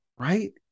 Right